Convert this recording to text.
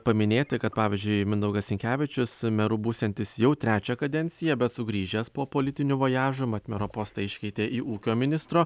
paminėti kad pavyzdžiui mindaugas sinkevičius meru būsiantis jau trečią kadenciją bet sugrįžęs po politinių vojažų mat mero postą iškeitė į ūkio ministro